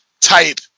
type